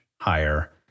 higher